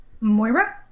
Moira